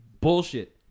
bullshit